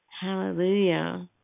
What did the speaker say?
Hallelujah